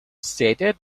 stated